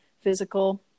physical